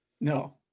No